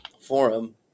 forum